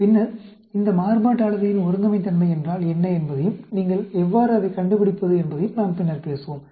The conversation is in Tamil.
பின்னர் இந்த மாறுபாட்டு அளவையின் ஒருங்கமைத்தன்மை என்றால் என்ன என்பதையும் நீங்கள் எவ்வாறு அதைக் கண்டுபிடிப்பது என்பதையும் நாம் பின்னர் பேசுவோம்